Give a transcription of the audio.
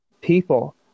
people